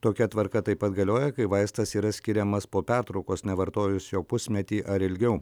tokia tvarka taip pat galioja kai vaistas yra skiriamas po pertraukos nevartojus jo pusmetį ar ilgiau